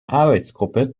arbeitsgruppe